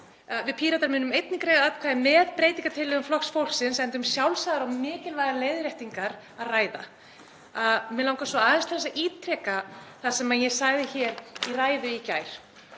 Við Píratar munum einnig greiða atkvæði með breytingartillögum Flokks fólksins, enda um sjálfsagðar og mikilvægar leiðréttingar að ræða. Mig langar svo aðeins til að ítreka það sem ég sagði hér í ræðu í gær